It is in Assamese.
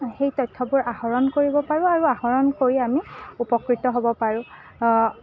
সেই তথ্যবোৰ আহৰণ কৰিব পাৰোঁ আৰু আহৰণ কৰি আমি উপকৃত হ'ব পাৰোঁ